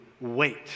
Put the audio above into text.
wait